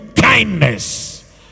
kindness